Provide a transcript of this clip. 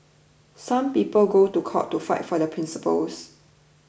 some people go to court to fight for their principles